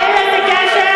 אין לזה קשר